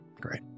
Great